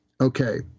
Okay